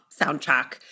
soundtrack